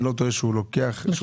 יש